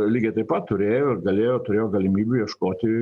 lygiai taip pat turėjo ir galėjo turėjo galimybių ieškoti